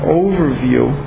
overview